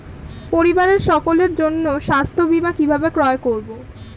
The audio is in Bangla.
পরিবারের সকলের জন্য স্বাস্থ্য বীমা কিভাবে ক্রয় করব?